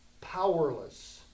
powerless